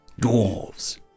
Dwarves